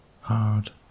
hard